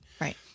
Right